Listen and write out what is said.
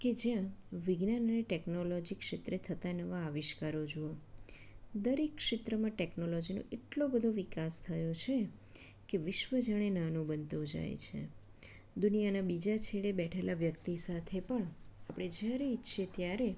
કે જ્યાં વિજ્ઞાન અને ટેકનોલોજી ક્ષેત્રે થતાં નવા આવિષ્કારો જુઓ દરેક ક્ષેત્રમાં ટેકનોલોજીનો એટલો બધો વિકાસ થયો છે કે વિશ્વ જાણે નાનું બનતું જાય છે દુનિયાના બીજા છેડે બેઠેલાં વ્યક્તિ સાથે પણ આપણે જ્યારે ઇચ્છીએ ત્યારે